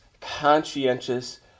conscientious